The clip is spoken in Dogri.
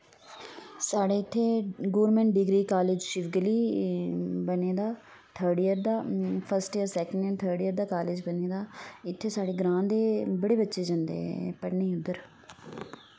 साढ़े इत्थें गौरमेंट डिग्री कॉलेज़ शिरदली बने दा थर्ड ईयर दा फर्स्ट ईयर दा सैकेंड ईयर दा थर्ड ईयर दा कॉलेज़ बने दा इत्थें साढ़े ग्रांऽ दे बड़े बच्चे जंदे पढ़ने ई उद्धर